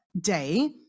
day